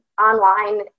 online